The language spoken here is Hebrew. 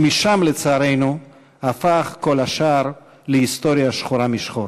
ומשם, לצערנו, הפך כל השאר להיסטוריה שחורה משחור.